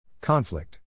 Conflict